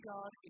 God